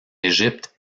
égypte